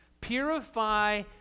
purify